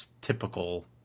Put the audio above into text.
typical